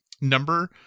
number